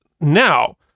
now